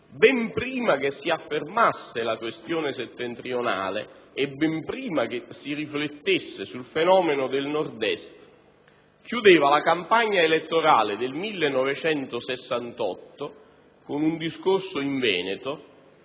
ben prima che si affermasse la questione settentrionale e si riflettesse sul fenomeno del Nord-Est, chiudeva la campagna elettorale del 1968 con un discorso in Veneto